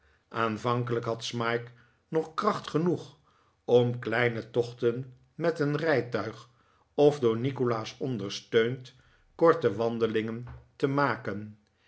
aanvankelijk had smike nog kracht genoeg om kleine tochten met een rijtuig of door nikolaas ondersteund korte wandelingen te maken